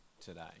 today